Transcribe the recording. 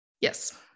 Yes